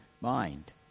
mind